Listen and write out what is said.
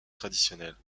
traditionnelle